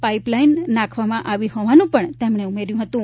pipe line નાંખવામાં આવી હોવાનું પણ તેમણે ઉમેર્યું હતું